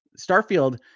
Starfield